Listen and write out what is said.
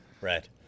Right